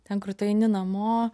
ten kur tu eini namo